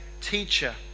teacher